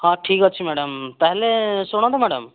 ହଁ ଠିକ୍ ଅଛି ମ୍ୟାଡ଼ାମ୍ ତା'ହେଲେ ଶୁଣନ୍ତୁ ମ୍ୟାଡ଼ାମ୍